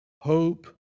hope